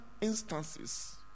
instances